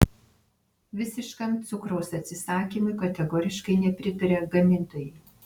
visiškam cukraus atsisakymui kategoriškai nepritaria gamintojai